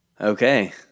Okay